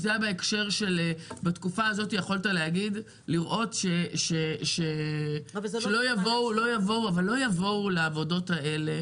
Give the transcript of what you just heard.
בתקופה הזאת יכולת לראות שלא יבואו לעבודות האלה